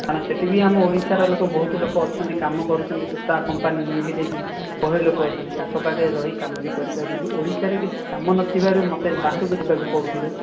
କାରଣ ସେଇଠି ବି ଆମ ଓଡ଼ିଶାର ଲୋକ ବହୁତ ଲୋକ ଅଛନ୍ତି କାମ କରୁଛନ୍ତି ସୂତା କମ୍ପାନି ମିଲ୍ରେ ବି ବହେ ଲୋକ ଅଛନ୍ତି ତାଙ୍କ ପାଖରେ ରହି କାମ ବି କରିପାରିବି ଓଡ଼ିଶାରେ କିଛି କାମ ନଥିବାରୁ ମୋତେ ବାହାରକୁ ଯିବାକୁ ପଡ଼ୁଛିରେ